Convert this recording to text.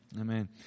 Amen